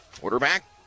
quarterback